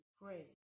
pray